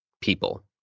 people